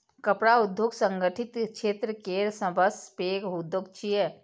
कपड़ा उद्योग संगठित क्षेत्र केर सबसं पैघ उद्योग छियै